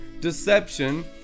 deception